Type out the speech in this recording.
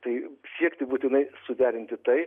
tai siekti būtinai suderinti tai